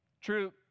True